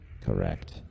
Correct